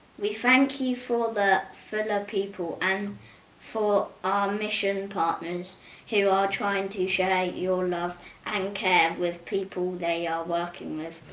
we thank you for the fula people and for our mission partners who are trying to share your love and care with people they are working with.